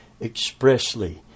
expressly